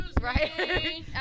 right